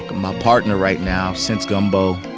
my partner right now since gumbo.